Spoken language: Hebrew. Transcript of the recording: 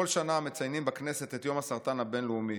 בכל שנה מציינים בכנסת את יום הסרטן הבין-לאומי.